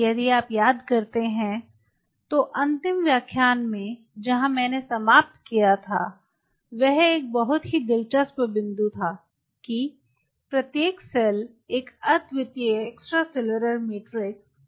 यदि आप याद करते हैं तो अंतिम व्याख्यान में जहां मैंने समाप्त किया था वह एक बहुत ही दिलचस्प बिंदु था कि प्रत्येक सेल एक अद्वितीय एक्स्ट्रासेलुलर मैट्रिक्स को सिक्रीट करता है